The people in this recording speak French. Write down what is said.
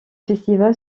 festival